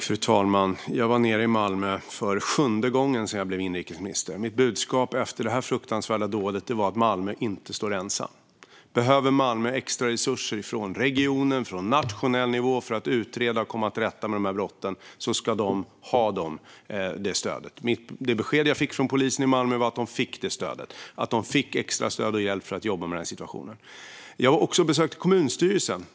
Fru talman! Jag var nere i Malmö för sjunde gången sedan jag blev inrikesminister. Mitt budskap efter detta fruktansvärda dåd var att Malmö inte står ensamt. Behöver Malmö extraresurser från regionen och från nationell nivå för att utreda och komma till rätta med dessa brott ska de ha det stödet. Det besked jag fick från polisen i Malmö var att de fick det stödet, att de fick extra stöd och hjälp för att jobba med den här situationen. Jag besökte också kommunstyrelsen.